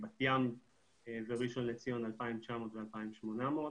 בת ים וראשון לציון 2,900 ו-2,800,